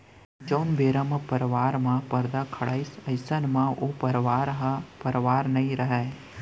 जउन बेरा म परवार म परदा खड़ाइस अइसन म ओ परवार ह परवार नइ रहय